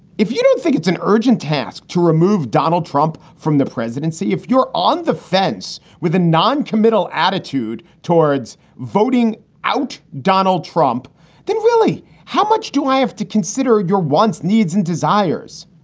if you don't think it's an urgent task to remove donald trump from the presidency, if you're on the fence with a noncommittal attitude towards voting out donald trump didn't really how much do i have to consider your wants, needs and desires?